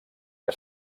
que